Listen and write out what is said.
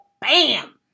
Bam